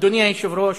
אדוני היושב-ראש,